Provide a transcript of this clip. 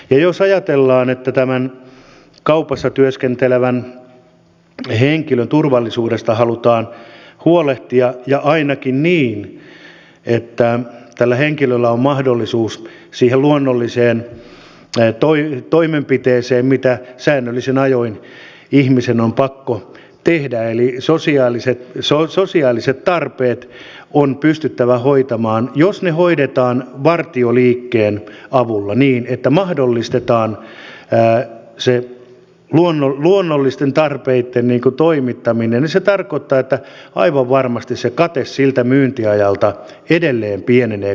jos tämän kaupassa työskentelevän henkilön turvallisuudesta halutaan huolehtia ja siitä että tällä henkilöllä on mahdollisuus ainakin siihen luonnolliseen toimenpiteeseen mitä säännöllisin ajoin ihmisen on pakko tehdä eli sosiaaliset tarpeet on pystyttävä hoitamaan niin jos ne hoidetaan vartioliikkeen avulla niin että mahdollistetaan se luonnollisten tarpeitten toimittaminen niin se tarkoittaa että aivan varmasti se kate siltä myyntiajalta edelleen pienenee